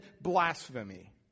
blasphemy